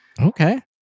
Okay